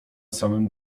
samym